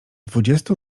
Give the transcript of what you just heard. dwudziestu